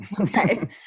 okay